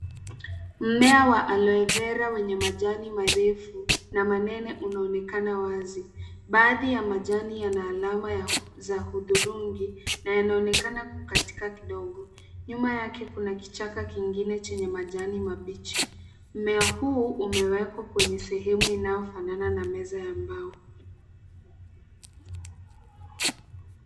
Mmea wa aloe Vera wa majani marefu na manene unaonekana wazi. Baadhi ya majani yana alama za hudhurungi na yanaonekana kukatika kidogo. Nyuma yake kuna kichaka kingine chenye majani mabichi. Mmea huu umewekwa kwenye sehemu inayo fanana na meza ya mbao.